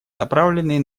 направленные